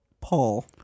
Paul